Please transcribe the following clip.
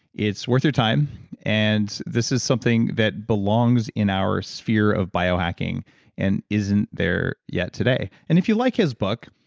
it's worth your time and this is something that belongs in our sphere of bio hacking and isn't there yet today and if you like his book,